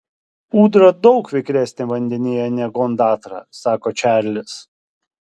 ūdra daug vikresnė vandenyje negu ondatra sako čarlis